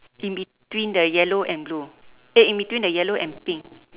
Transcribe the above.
in between the yellow and blue eh in between the yellow and pink